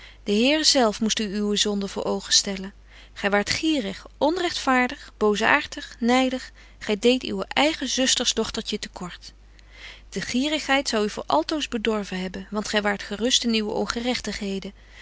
de here zelf moest u uwe zonden voor oogen stellen gy waart gierig onrechtvaardig boosaartig nydig gy deedt uw eige zusters dochtertje te kort de gierigheid zou u voor altoos bedorven hebben want gy waart gerust in uwe ongerechtigheden